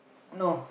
no